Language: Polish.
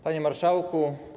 Panie Marszałku!